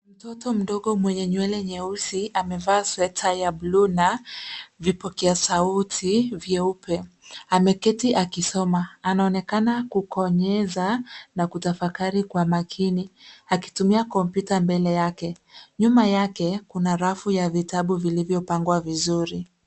Mtoto mdogo mwenye nywele nyeusi, amevaa sweta ya buluu na vipokea sauti vyeupe, ameketi akisoma. Anaonekana kukonyeza na kutafakari makini akitumia kompyuta mbele yake. Nyuma yake kuna rafu ya vitabu vilivyopangwa vizuri.